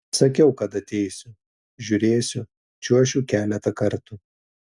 sakiau kad ateisiu žiūrėsiu čiuošiu keletą kartų